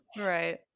right